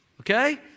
Okay